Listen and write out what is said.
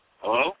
Hello